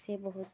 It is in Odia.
ସେ ବହୁତ